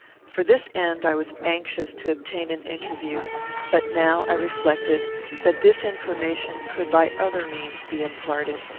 for this end i was anxious to obtain an interview but now i reflected that this information could by other means be imparted.